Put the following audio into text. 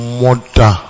mother